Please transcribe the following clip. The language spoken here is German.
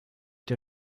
der